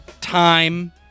time